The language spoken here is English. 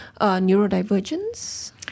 neurodivergence